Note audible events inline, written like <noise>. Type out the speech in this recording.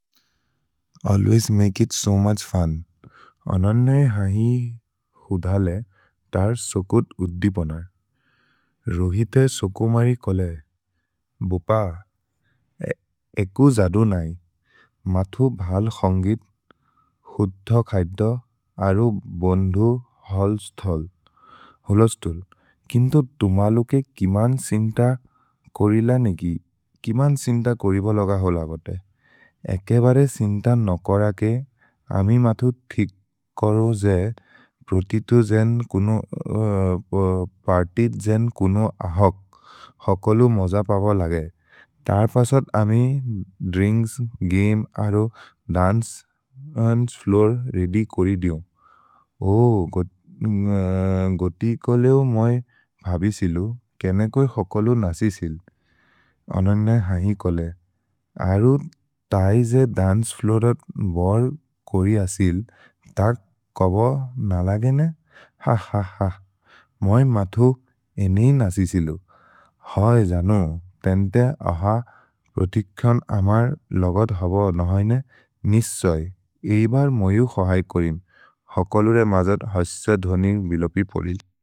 Always make it so much fun. अनन्ये है हुधले, तर् सोकुत् उद्दिपोनर्। रोहिते सोकुमरि कोले। भुप, एकु जदो नै। मथु भल् खन्गीत्, हुद्ध खैद्द, अरु बन्धु होल्स्थोल्। होलोस्तुल्, किन्तो तुमलुके किमन् सिन्त कोरिल नेगि?। किमन् सिन्त कोरिब लग होलगते?। एके बरे सिन्त नकोरके, अमि मथु <hesitation> थिक्करो जे, प्रोतितु जेन् कुनो, <hesitation> पर्तित् जेन् कुनो अहोक्। होकोलु मोज पव लगे। तर् पसत् अमि द्रिन्क्स्, गमे, अरु दन्चे फ्लूर् रेदि कोरि दिओ। ओ, <hesitation> गोति कोलेउ मोइ भबि सिलु, केनेकोइ होकोलु नसि सिल्। अनन्ये है कोलेउ, अरु तैजे दन्चे फ्लूर् रेदि कोरि असिल्, त कोब न लगे ने?। ह, ह, ह, मोइ मथु एने हि नसि सिलु। है, जनो, तेन् ते अह, प्रोतिक् क्योन् अमर् लगद् होबो नहेने?। निस्सोइ, एबर् मोइउ खोहै कोरीम्, होकोलु रे मजद् हस्य धोनिर् बिलोपि पोरिल्।